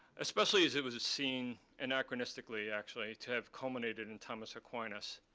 especially as it was seen, anachronistically actually, to have culminated in thomas aquinas,